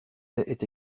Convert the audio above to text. est